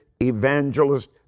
evangelist